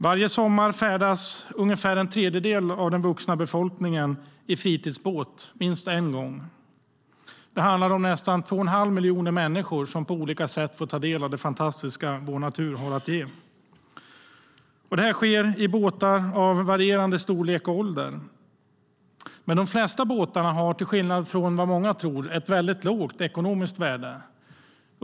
Varje sommar färdas ungefär en tredjedel av den vuxna befolkningen i fritidsbåt minst en gång. Det handlar om nästan 2 1⁄2 miljon människor som på detta sätt får ta del av vår fantastiska natur. Det sker i båtar av varierande storlek och ålder. Men de flesta båtar har, till skillnad från vad många tror, väldigt lågt ekonomiskt värde.